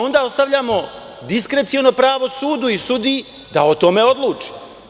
Onda ostavljamo diskreciono pravo sudu i sudiji da o tome odluči.